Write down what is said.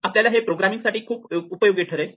आपल्याला हे प्रोग्रामिंग साठी खूप उपयोगी ठरेल